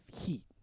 heat